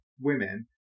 women